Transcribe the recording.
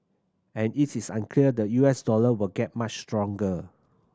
and it is unclear the U S dollar will get much stronger